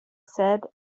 said